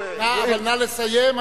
אבל נא לסיים,